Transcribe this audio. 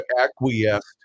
acquiesced